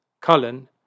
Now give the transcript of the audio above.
Cullen